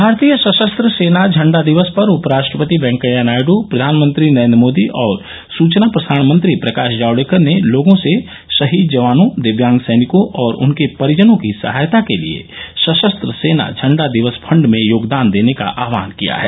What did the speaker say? भारतीय सशस्त्र सेना इंडा दिवस पर उपराष्ट्रपति वेंकैया नायड प्रधानमंत्री नरेन्द्र मोदी और सुचना प्रसारण मंत्री प्रकाश जावडेकर ने लोगों से शहीद जवानों दिव्यांग सैनिकों और उनके परिजनों की सहायता के लिए सशस्त्र सेना झंडा दिवस फंड में योगदान देने का आह्वान किया है